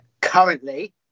currently